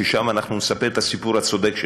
ששם אנחנו נספר את הסיפור הצודק שלנו,